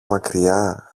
μακριά